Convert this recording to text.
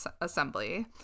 assembly